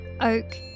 oak